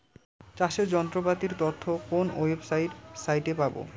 চাষের যন্ত্রপাতির তথ্য কোন ওয়েবসাইট সাইটে পাব?